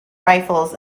rifles